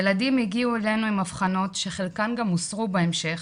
ילדים הגיעו אלינו עם אבחנות שבחלקן גם הוסרו בהמשך,